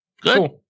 Good